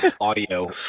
audio